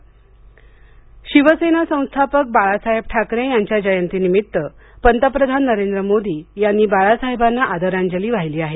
बाळासाहेब ठाकरे जयंती शिवसेना संस्थापक बाळासहेब ठाकरे यांच्या जयंतीनिमित्त पंतप्रधान नरेंद्र मोदी यांनी बाळासाहेबांना आदरांजली वाहिली आहे